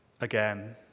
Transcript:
again